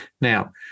Now